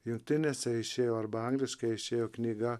jungtinėse išėjo arba angliškai išėjo knyga